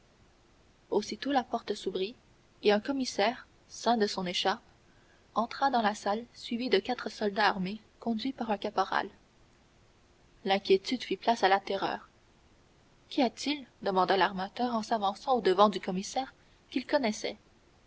aussitôt la porte s'ouvrit et un commissaire ceint de son écharpe entra dans la salle suivi de quatre soldats armés conduits par un caporal l'inquiétude fit place à la terreur qu'y a-t-il demanda l'armateur en s'avançant au-devant du commissaire qu'il connaissait